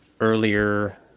earlier